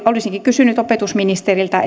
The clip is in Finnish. olisinkin edelleen kysynyt opetusministeriltä